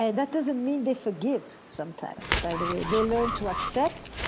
yeah that doesn't mean they forgive sometimes, by the way, they learn to accept,